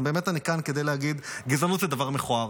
אז אני כאן כדי להגיד, גזענות זה דבר מכוער.